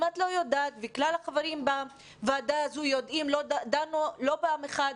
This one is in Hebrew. אם את לא יודעת והחברים בוועדה הזאת יודעים שדנו לא פעם אחת